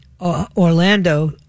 Orlando